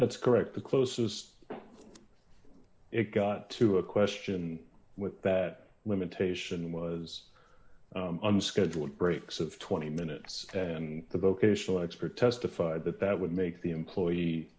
that's correct the closest it got to a question with that limitation was unscheduled breaks of twenty minutes and the vocational expert testified that that would make the employee